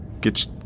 get